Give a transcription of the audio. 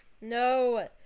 no